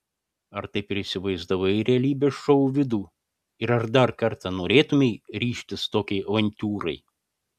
ar taip ir įsivaizdavai realybės šou vidų ir ar dar kartą norėtumei ryžtis tokiai avantiūrai